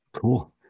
cool